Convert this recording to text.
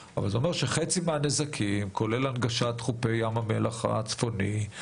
אבל חצי מהנזקים כולל הנגשת חופי ים המלח הצפוניים,